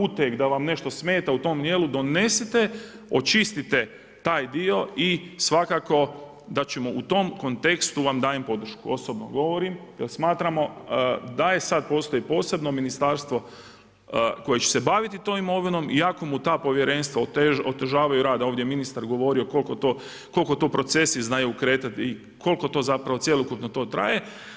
uteg, da vam nešto smeta u tom djelu, donesite, očistite taj dio i svakako da vam u tom kontekstu dajem podršku, osobno govorim jer smatramo da sad postoji posebno ministarstvo koje će se baviti tom imovinom iako mu ta povjerenstva otežavaju rad, ovdje je ministar govorio koliko to procesi znaju okretati i koliko to zapravo cjelokupno to traje.